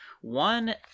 one